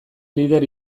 lider